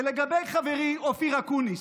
ולגבי חברי אופיר אקוניס,